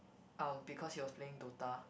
um because he was playing Dota